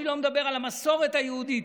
אני לא מדבר על המסורת היהודית,